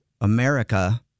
America